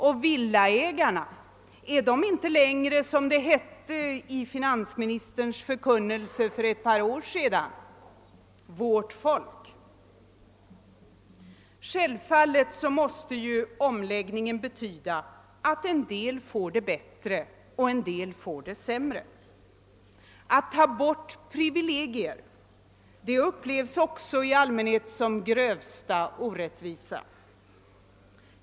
är villaägarna inte längre, som det hette i finansministerns förkunnelse för ett par år sedan, »vårt folk»? Självfallet måste omläggningen betyda att en del får det bättre och en del får det sämre. Ett borttagande av privilegier upplevs också i allmänhet som den grövsta orättvisa.